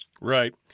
Right